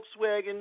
Volkswagen